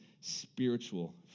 spiritual